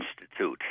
Institute